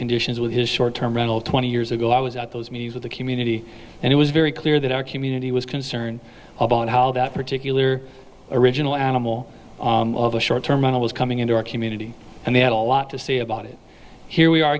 conditions with his short term rental twenty years ago i was at those meetings with the community and it was very clear that our community was concerned about how that particular original animal of a short terminal was coming into our community and they had a lot to say about it here we are